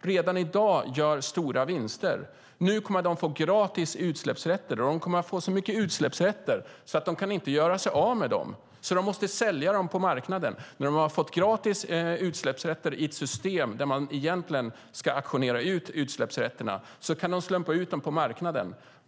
redan i dag gör stora vinster. Nu kommer de att få gratis utsläppsrätter. De kommer att få så mycket utsläppsrätter att de inte kan göra sig av med dem utan måste sälja dem på marknaden. När de har fått gratis utsläppsrätter i ett system där dessa egentligen ska auktioneras ut kan de slumpa ut dem på marknaden.